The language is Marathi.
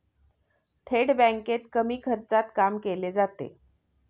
थेट बँकेत कमी खर्चात काम केले जाते